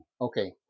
Okay